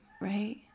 right